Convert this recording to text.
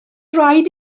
rhaid